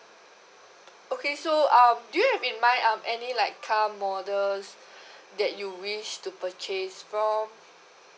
okay so uh do you have in mind um any like car models that you wish to purchase from